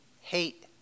hate